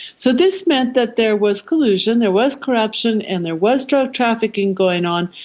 so this meant that there was collusion, there was corruption and there was drug-trafficking going on,